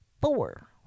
four